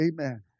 Amen